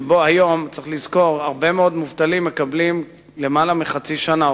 צריך לזכור שהיום הרבה מאוד מובטלים מקבלים יותר מחצי שנה או